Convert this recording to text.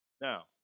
Now